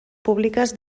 públiques